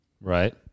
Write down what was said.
Right